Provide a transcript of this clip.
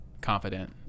confident